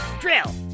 Drill